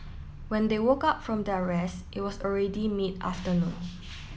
when they work up from their rest it was already mid afternoon